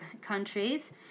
countries